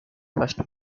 first